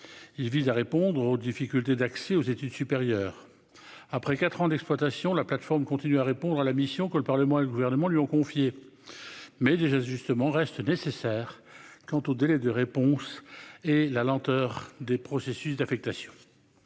il vise à répondre aux difficultés d'accès aux études supérieures, après 4 ans d'exploitation la plateforme continue à répondre à la mission que le Parlement et le gouvernement lui ont confié, mais des ajustements reste nécessaire, quant au délais de réponse et la lenteur des processus d'affectation,